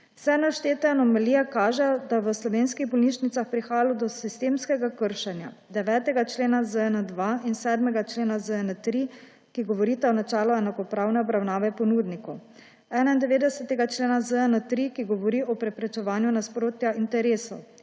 Vse naštete anomalije kažejo, da je v slovenskih bolnišnicah prihajalo do sistemskega kršenja 9. člena ZJN-2 in 7. člena ZJN-3, ki govorita o načelu enakopravne obravnave ponudnikov, 91. člena ZJN-3, ki govori o preprečevanju nasprotja interesov,